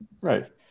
Right